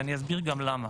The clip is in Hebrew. ואני אסביר גם למה.